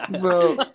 Bro